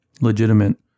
legitimate